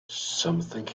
something